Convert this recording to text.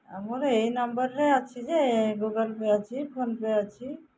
ଆଉ ମୋର ଏହି ନମ୍ବର୍ରେ ଅଛି ଯେ ଗୁଗଲ୍ ପେ' ଅଛି ଫୋନ୍ପେ' ଅଛି